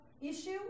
issue